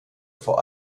vor